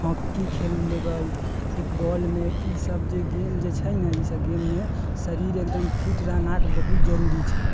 hockey खेल लेबै फुटबॉलमे ई सब जे गेम जे छै ने ई सब गेममे शरीर एकदम फिट रहना बहुत जरूरी छै